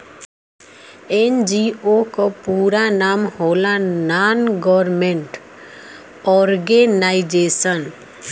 NGO क पूरा नाम होला नान गवर्नमेंट और्गेनाइजेशन